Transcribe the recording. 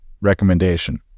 recommendation